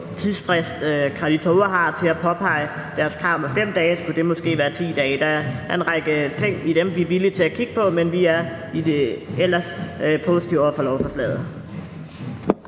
tidsfrist, kreditorer har, til at påpege deres krav inden for 5 dage. Skulle det måske være 10 dage? Der er en række ting i dem, vi er villige til at kigge på. Men vi er ellers positive over for lovforslaget.